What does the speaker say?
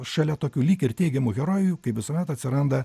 šalia tokių lyg ir teigiamų herojų kaip visuomet atsiranda